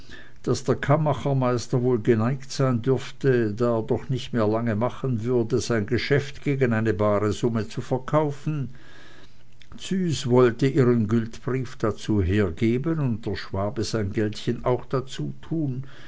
daß der kammachermeister wohl geneigt sein dürfte da er doch nicht lang mehr machen würde sein geschäft gegen eine bare summe zu verkaufen züs wollte ihren gültbrief dazu hergeben und der schwabe sein geldchen auch dazutun